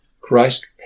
Christ